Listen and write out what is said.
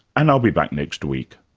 and i'll be back next week